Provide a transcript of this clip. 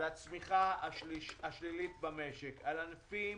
על הצמיחה השלילית במשק, על ענפים